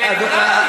לכולם יהיו מקוואות.